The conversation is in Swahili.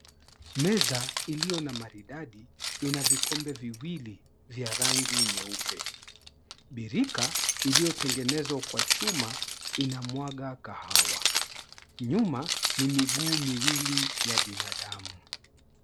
Meza iliyo na maridadi ina vikombe viwili vya rangi nyeupe. Birika iliyotengenezwa kwa chuma inamwaga kahawa. Nyuma ni miguu miwili ya binadamu.